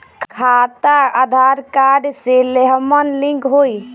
खाता आधार कार्ड से लेहम लिंक होई?